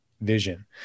vision